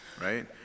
right